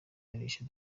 yarishe